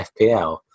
FPL